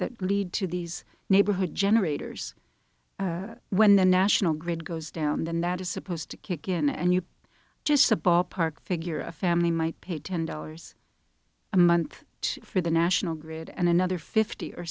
that lead to these neighborhood generators when the national grid goes down then that is supposed to kick in and you just a ballpark figure a family might pay ten dollars a month for the national grid and another fifty or